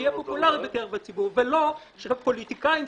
לא שהפוליטיקאים,